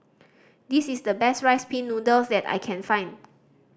this is the best Rice Pin Noodles that I can find